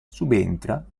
subentra